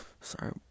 sorry